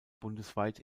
bundesweit